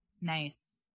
nice